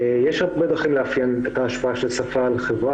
יש הרבה דרכים לאפיין את ההשפעה של שפה על חברה,